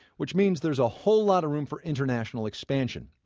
which means there's a whole lotta room for international expansion.